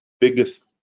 biggest